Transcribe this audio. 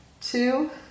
two